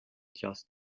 just